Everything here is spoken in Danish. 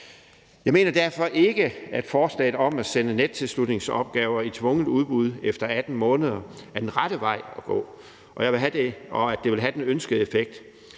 Jeg mener derfor ikke, at det at sende nettilslutningopgaver i tvungent udbud efter 18 måneder er den rette vej at gå, eller at det vil have den ønskede effekt,